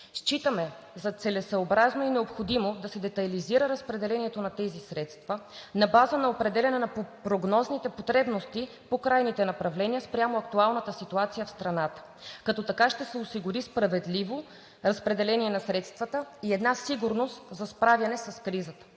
Считаме за целесъобразно и необходимо да се детайлизира разпределението на тези средства на база определяне на прогнозните потребности по крайните направления спрямо актуалната ситуация в страната, като така ще се осигури справедливо разпределение на средствата и една сигурност за справяне с кризата.